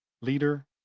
leader